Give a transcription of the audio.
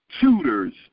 tutors